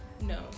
No